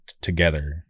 together